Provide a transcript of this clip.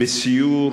בסיור